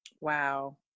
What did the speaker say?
Wow